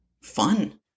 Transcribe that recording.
fun